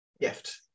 gift